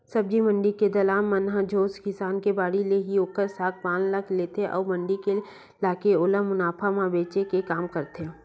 सब्जी मंडी के दलाल मन ह सोझ किसान के बाड़ी ले ही ओखर साग पान ल ले लेथे अउ मंडी लाके ओला मुनाफा म बेंचे के काम करथे